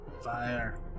fire